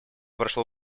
прошло